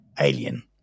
Alien